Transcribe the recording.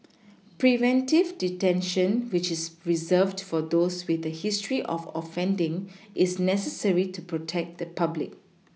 preventive detention which is Reserved for those with a history of offending is necessary to protect the public